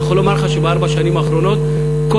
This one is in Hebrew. אני יכול לומר לך שבארבע השנים האחרונות כל